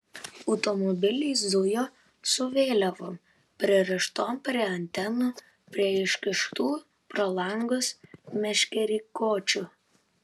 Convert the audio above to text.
automobiliai zujo su vėliavom pririštom prie antenų prie iškištų pro langus meškerykočių